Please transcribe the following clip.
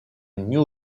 new